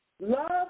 Love